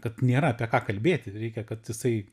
kad nėra apie ką kalbėti reikia kad jisai